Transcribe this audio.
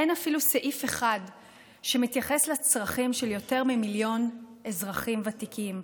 אין אפילו סעיף אחד שמתייחס לצרכים של יותר ממיליון אזרחים ותיקים,